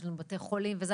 יש לנו בתי חולים וזה,